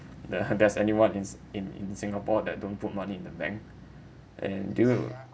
the there's anyone is in in singapore that don't put money in the bank and do you